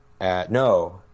no